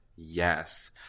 Yes